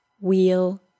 wheel